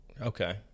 Okay